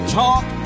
talk